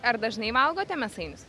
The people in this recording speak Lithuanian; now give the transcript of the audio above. ar dažnai valgote mėsainius